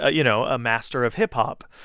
ah you know, a master of hip-hop.